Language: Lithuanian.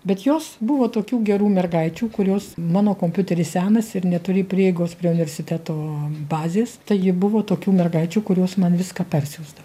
bet jos buvo tokių gerų mergaičių kurios mano kompiuteris senas ir neturi prieigos prie universiteto bazės tai ji buvo tokių mergaičių kurios man viską persiųsda